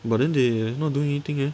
but then they're not doing anything eh